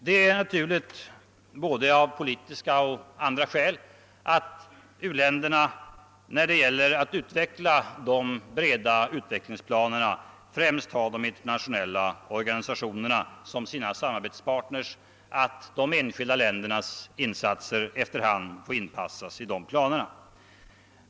Det är naturligt av både politiska och andra skäl att u-länderna när det gäller utvecklingsplanerna främst har de internationella organisationerna som sina samarbetspartners och att de enskilda ländernas insatser efter hand får inpassas i planerna.